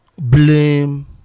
blame